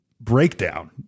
breakdown